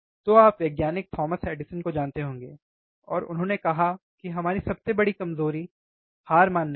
तो आप वैज्ञानिक थॉमस एडिसन को जानते होंगे और उन्होंने कहा कि हमारी सबसे बड़ी कमज़ोरी हार मानने में है